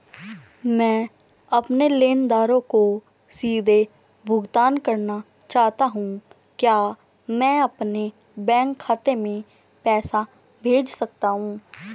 मैं अपने लेनदारों को सीधे भुगतान करना चाहता हूँ क्या मैं अपने बैंक खाते में पैसा भेज सकता हूँ?